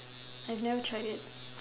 I have never tried it